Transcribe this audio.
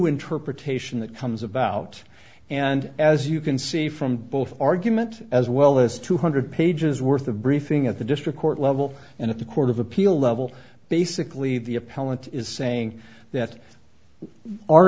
interpretation that comes about and as you can see from both argument as well as two hundred pages worth of briefing at the district court level and at the court of appeal level basically the appellant is saying that